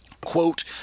quote